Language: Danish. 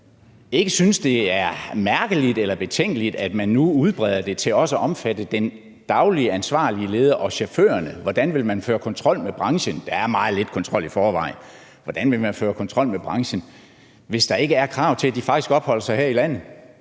ikke synes, det er mærkeligt eller betænkeligt, at man nu udbreder det til også at omfatte den daglige ansvarlige leder og chaufførerne. Hvordan vil man føre kontrol med branchen? Der er meget lidt kontrol i forvejen. Hvordan vil man føre kontrol med branchen, hvis der ikke er krav til, at de faktisk opholder sig her i landet,